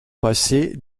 passée